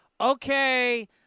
okay